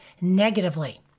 negatively